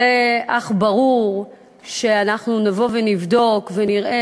הרי אך ברור שאנחנו נבוא ונבדוק ונראה